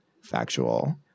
factual